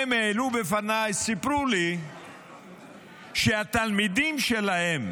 הם העלו בפניי, סיפרו לי שהתלמידים שלהם,